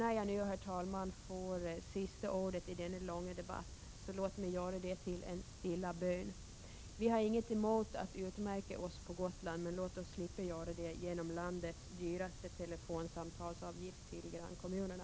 När jag nu, herr talman, får sista ordet i denna långa debatt, låt mig forma det till en stilla bön: Vi har inget emot att utmärka oss på Gotland, men låt oss slippa att göra det genom landets dyraste telefonsamtalsavgifter till grannkommunerna!